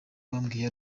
bambwiye